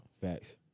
Facts